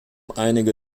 einige